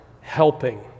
helping